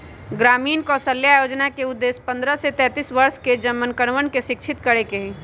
ग्रामीण कौशल्या योजना के उद्देश्य पन्द्रह से पैंतीस वर्ष के जमनकन के शिक्षित करे के हई